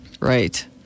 Right